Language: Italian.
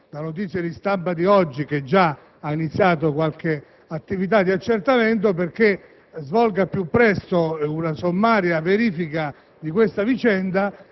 da notizie di stampa di oggi so aver già iniziato delle attività di accertamento, perché svolga al più presto una sommaria verifica di questa vicenda